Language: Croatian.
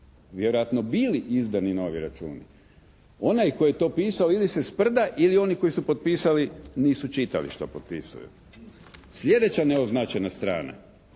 Vjerojatno bili izdani novi računi. Onaj tko je to pisao ili se sprda ili oni koji su potpisali nisu čitali što potpisuju. Sljedeća neoznačena strana.